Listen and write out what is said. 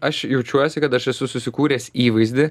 aš jaučiuosi kad aš esu susikūręs įvaizdį